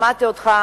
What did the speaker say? שמעתי אותך,